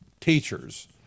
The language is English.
teachers